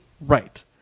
Right